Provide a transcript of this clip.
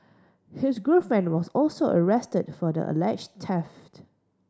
his girlfriend was also arrested for the alleged theft